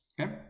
Okay